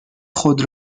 خود